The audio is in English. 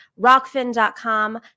Rockfin.com